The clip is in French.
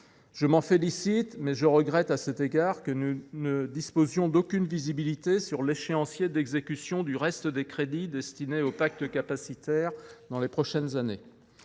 Je m’en félicite, mais je regrette que nous ne disposions d’aucune visibilité sur l’échéancier d’exécution du reste des crédits destinés aux pactes capacitaires dans les prochaines années.